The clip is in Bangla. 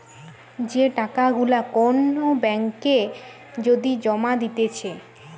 যে টাকা গুলা কোন ব্যাঙ্ক এ যদি জমা দিতেছে